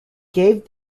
gave